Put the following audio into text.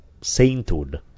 sainthood